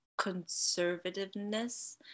conservativeness